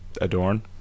adorn